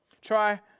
Try